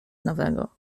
nowego